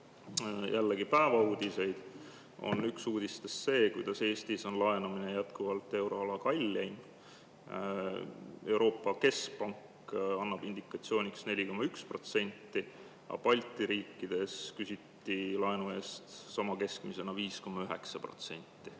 vaadata päevauudiseid, siis üks uudistest on see, kuidas Eestis on laenamine jätkuvalt euroala kalleim. Euroopa Keskpank annab indikatsiooniks 4,1%, aga Balti riikides küsiti laenu eest keskmisena 5,9%.